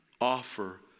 Offer